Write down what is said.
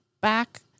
back